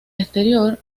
exterior